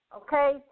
okay